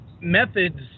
methods